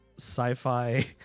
Sci-fi